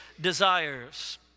desires